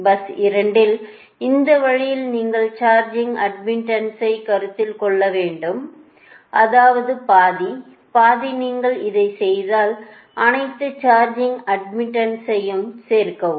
bus 2 இல் இந்த வழியில் நீங்கள் சார்ஜிங் அட்மிட்டன்ஸை கருத்தில் கொள்ள வேண்டும் அதாவது பாதி பாதி நீங்கள் இதைச் செய்தால் அனைத்து சார்ஜிங் அட்மிட்டன்ஸையையும் சேர்க்கவும்